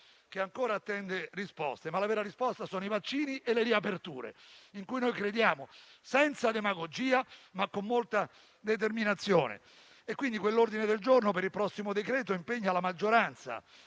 che ancora attendono risposte). La vera risposta, però, sono i vaccini e le aperture, in cui noi crediamo, senza demagogia ma con molta determinazione. Quell'ordine del giorno per il prossimo decreto impegna la maggioranza